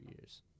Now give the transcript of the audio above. years